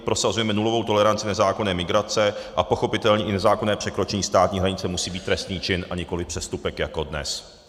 Prosazujeme nulovou toleranci nezákonné migrace a pochopitelně i nezákonné překročení státní hranice musí být trestný čin, a nikoliv přestupek jako dnes.